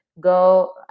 Go